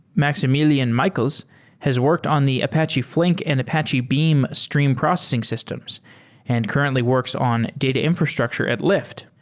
maximilian michels has worked on the apache flink and apache beam stream processing systems and currently works on data infrastructure at lyft.